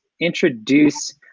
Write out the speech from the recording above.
introduce